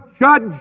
judge